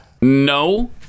No